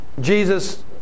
Jesus